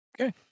Okay